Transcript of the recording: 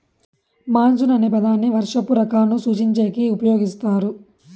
monsoon అనే పదాన్ని వర్షపు రాకను సూచించేకి ఉపయోగిస్తారు